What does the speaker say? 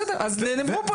בסדר, נאמרו פה דברים.